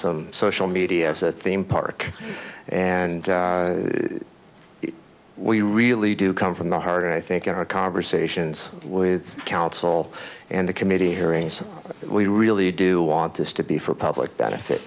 some social media as a theme park and we really do come from the heart and i think our conversations with council and the committee hearings we really do want this to be for public benefit